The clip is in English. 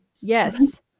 Yes